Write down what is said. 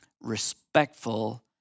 respectful